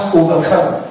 overcome